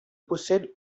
possède